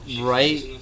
right